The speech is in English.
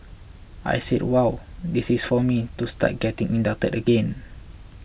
I said wow this is for me to start getting inducted again